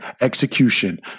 execution